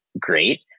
great